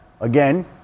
again